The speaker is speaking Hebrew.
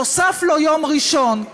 נוסף לו יום ראשון,